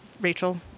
Rachel